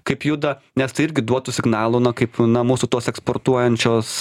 kaip juda nes tai irgi duotų signalų na kaip na mūsų tos eksportuojančios